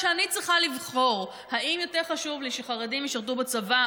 כשאני צריכה לבחור אם יותר חשוב לי שחרדים ישרתו בצבא,